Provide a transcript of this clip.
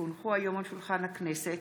כי הונחו היום על שולחן הכנסת,